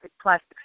plastic